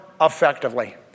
effectively